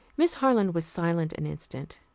miss harland was silent an instant.